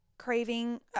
craving